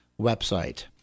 website